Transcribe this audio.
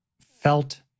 felt